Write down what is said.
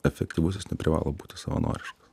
efektyvus jis neprivalo būti savanoriškas